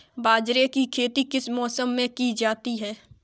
बाजरे की खेती किस मौसम में की जाती है?